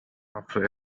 after